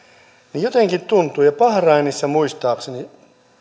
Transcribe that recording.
niin jotenkin tuntuu ja bahrainissa muistaakseni